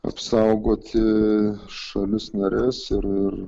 apsaugoti šalis nares ir ir